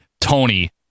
Tony